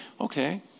okay